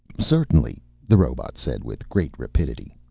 certainly, the robot said with great rapidity.